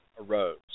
arose